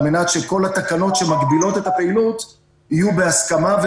על מנת שכל התקנות שמגבילות את הפעילות תהיינה בהסכמה,